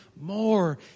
more